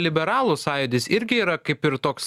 liberalų sąjūdis irgi yra kaip ir toks